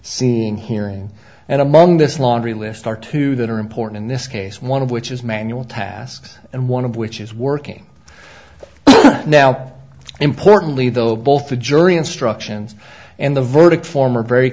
seeing hearing and among this laundry list are two that are important in this case one of which is manual tasks and one of which is working now importantly though both the jury instructions and the verdict form are very